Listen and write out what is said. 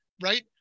right